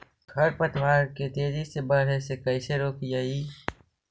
खर पतवार के तेजी से बढ़े से कैसे रोकिअइ?